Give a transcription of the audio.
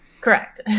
Correct